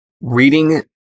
Reading